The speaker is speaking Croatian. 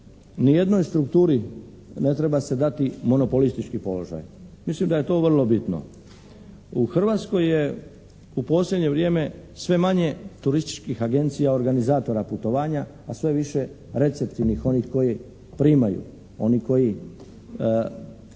nijednoj strukturi ne treba se dati monopolistički položaj. Mislim da je to vrlo bitno. U Hrvatskoj je u posljednje vrijeme sve manje turističkih agencija organizatora putovanja a sve više receptivnih onih koji primaju, oni koji